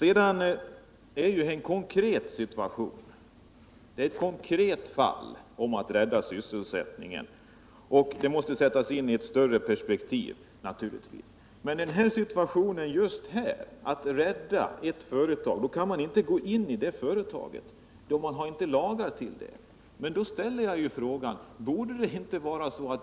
Det här är ett konkret fall, där det gäller att rädda sysselsättningen, och det måste naturligtvis sättas in i ett större perspektiv. Men när det gäller att rädda just det här företaget kan regeringen inte gå in i företaget — det finns ingen lag som gör det möjligt. Därför ställer jag frågan: Borde inte